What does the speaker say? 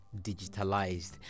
Digitalized